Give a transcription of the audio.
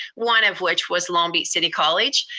one of which was long beach city college.